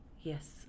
Yes